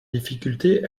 difficultés